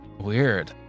Weird